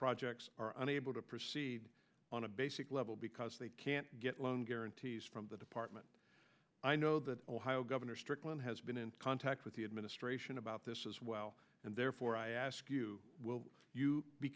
projects are unable to proceed on a basic level because they can't get loan guarantees from the department i know that ohio governor strickland has been in contact with the administration about this as well and therefore i ask you will you be